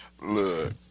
look